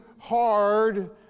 hard